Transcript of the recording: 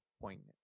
poignant